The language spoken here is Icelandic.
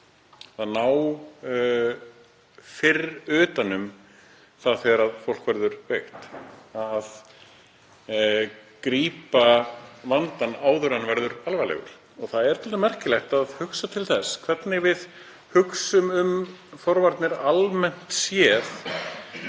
að ná fyrr utan um það þegar fólk verður veikt, að grípa vandann áður en hann verður alvarlegur. Það er dálítið merkilegt að hugsa til þess hvernig við hugsum um forvarnir í